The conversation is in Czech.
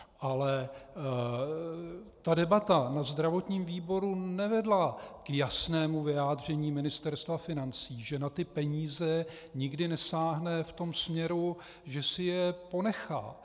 Ale debata na zdravotním výboru nevedla k jasnému vyjádření Ministerstva financí, že na ty peníze nikdy nesáhne v tom směru, že si je ponechá.